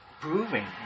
proving